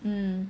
mm